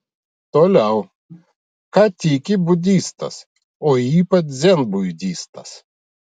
toliau ką tiki budistas o ypač dzenbudistas